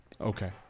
Okay